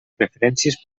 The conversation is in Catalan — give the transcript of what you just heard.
preferències